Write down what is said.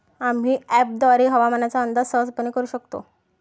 आम्ही अँपपद्वारे हवामानाचा अंदाज सहजपणे करू शकतो